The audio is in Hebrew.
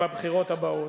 בבחירות הבאות.